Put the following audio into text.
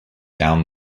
down